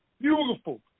beautiful